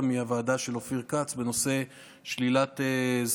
מהוועדה של אופיר כץ בנושא שלילת זכויות,